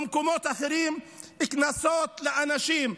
ובמקומות אחרים קנסות לאנשים.